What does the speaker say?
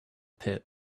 pit